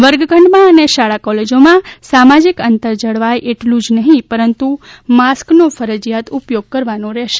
વર્ગખંડમાં અને શાળા કોલેજામાં સોશિયલ ડિસ્ટન્સ જળવાય એટલુ જ નહિ પરંતુ માસ્કનો ફરજીયાત ઉપયોગ કરવાનો રહેશે